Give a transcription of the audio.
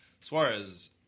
Suarez